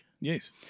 Yes